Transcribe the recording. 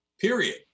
period